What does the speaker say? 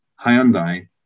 Hyundai